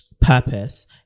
purpose